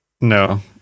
No